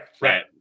right